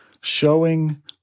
showing